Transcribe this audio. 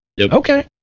Okay